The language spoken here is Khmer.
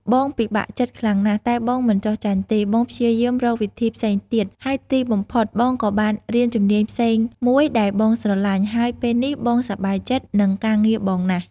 បងពិបាកចិត្តខ្លាំងណាស់ តែបងមិនចុះចាញ់ទេ បងព្យាយាមរកវិធីផ្សេងទៀត ហើយទីបំផុតបងក៏បានរៀនជំនាញផ្សេងមួយដែលបងស្រឡាញ់ ហើយពេលនេះបងសប្បាយចិត្តនឹងការងារបងណាស់។